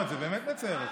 זה באמת מצער אותי.